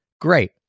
Great